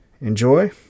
enjoy